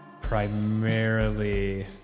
primarily